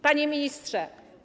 Panie Ministrze!